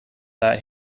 that